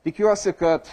tikiuosi kad